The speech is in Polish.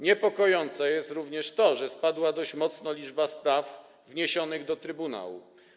Niepokojące jest również to, że spadła dość mocno liczba spraw wniesionych do trybunału.